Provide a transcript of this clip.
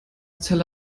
zelle